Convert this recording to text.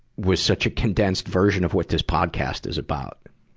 was such a condensed version of what this podcast is about.